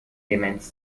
demenz